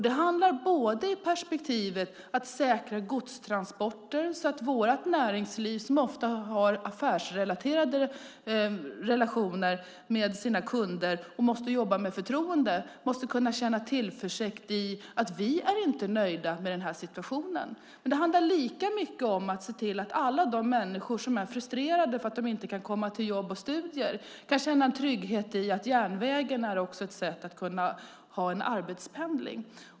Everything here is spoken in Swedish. Det handlar både om att säkra godstransporter så att vårt näringsliv som har affärsrelationer med sina kunder och måste jobba med förtroende känner tillförsikt i att vi är inte nöjda med den här situationen. Men det handlar lika mycket om att se till att alla de människor som är frustrerade för att de inte kan komma till jobb och studier kan känna en trygghet i att järnvägstrafiken också är ett sätt att arbetspendla.